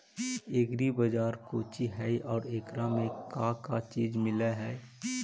Agri बाजार कोची हई और एकरा में का का चीज मिलै हई?